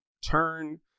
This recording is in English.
turn